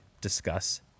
discuss